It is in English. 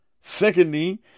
Secondly